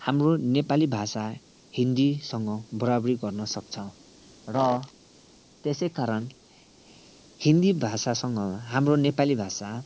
हाम्रो नेपाली भाषा हिन्दीसँग बराबरी गर्न सक्छ र त्यसै कारण हिन्दी भाषासँग हाम्रो नेपाली भाषा